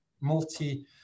multi-